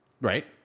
Right